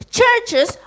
churches